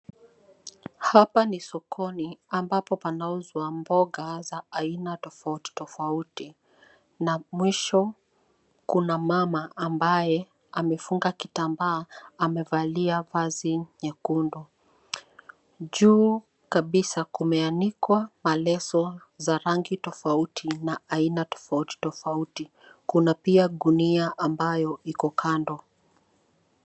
Hapa ni sokoni ambapo panauzwa mboga za aina tofauti tofauti na mwisho kuna mama ambaye amefunga kitambaa amevalia vazi nyekundu. Juu kabisa kumeanikwa maleso za rangi tofauti na aina tofauti tofauti. Kuna pia gunia ambayo iko kando.